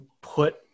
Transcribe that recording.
put